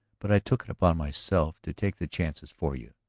but i took it upon myself to take the chances for you.